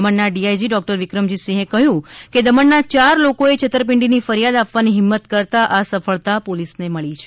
દમણના DIG doctor Vikramjit સિંહે કહ્યું છે કે દમણના યાર લોકો એ છેતરપિંડીની ફરિયાદ આપવાની ફિમ્મત કરતાં આ સફલતા પોલીસને મળી છે